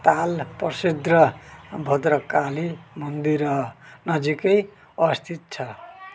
ताल प्रसिद्ध भद्रकाली मन्दिर नजिकै अवस्थित छ